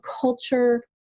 culture